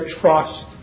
trust